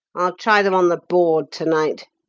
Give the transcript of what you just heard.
i'll try them on the board to-night.